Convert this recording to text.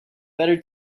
better